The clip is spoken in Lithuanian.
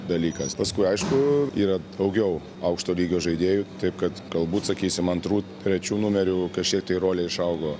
dalykas paskui aišku yra daugiau aukšto lygio žaidėjų taip kad galbūt sakysim antrų trečių numerių kažkiek tai rolė išaugo